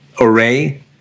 array